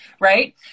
right